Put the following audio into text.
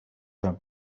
him